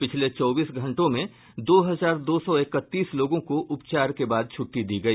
पिछले चौबीस घंटे में दो हजार दो सौ इकतीस लोगों को उपचार के बाद छुट्टी दी गई